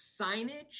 signage